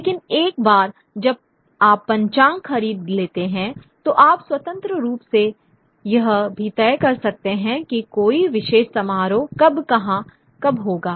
लेकिन एक बार जब आप पंचांग खरीद लेते हैं तो आप स्वतंत्र रूप से यह भी तय कर सकते हैं कि कोई विशेष समारोह कब कहां कब होगा